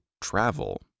travel